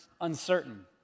uncertain